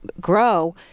grow